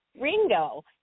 Ringo